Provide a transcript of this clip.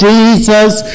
Jesus